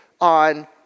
on